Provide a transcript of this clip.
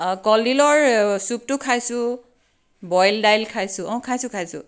কলডিলৰ চুপটো খাইছোঁ বইল দাইল খাইছোঁ অঁ খাইছোঁ খাইছোঁ